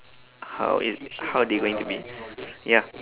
how it how they going to be ya